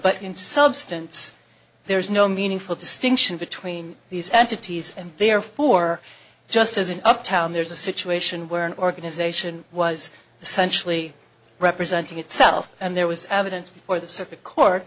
in substance there is no meaningful distinction between these entities and therefore just as an uptown there's a situation where an organization was essentially representing itself and there was evidence before the